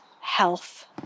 health